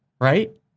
Right